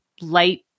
light